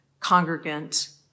congregant